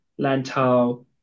Lantau